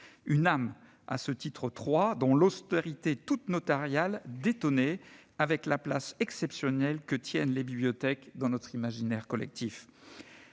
une âme à ce titre III, dont l'austérité toute notariale détonnait avec la place exceptionnelle que tiennent les bibliothèques dans notre imaginaire collectif